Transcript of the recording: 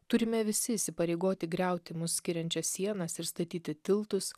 turime visi įsipareigoti griauti mus skiriančias sienas ir statyti tiltus